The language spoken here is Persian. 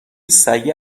سگه